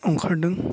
अंखारदों